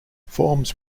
forms